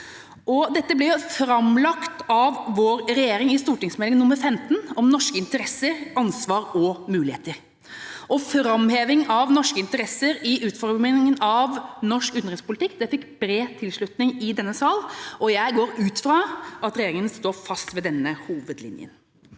Dette ble framlagt av vår regjering i St.meld. nr. 15 Interesser, ansvar og muligheter. Framheving av norske interesser i utformingen av norsk utenrikspolitikk fikk bred tilslutning i denne sal, og jeg går ut fra at regjeringa står fast ved denne hovedlinjen.